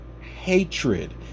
hatred